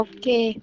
Okay